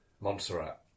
Montserrat